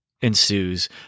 ensues